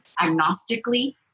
agnostically